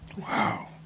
Wow